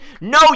No